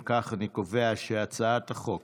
אם כך, אני קובע שהצעת חוק